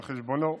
על חשבונו,